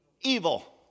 evil